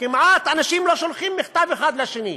אנשים כמעט לא שולחים מכתבים אחד לשני.